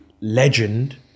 legend